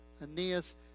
Aeneas